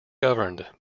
governed